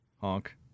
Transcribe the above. Honk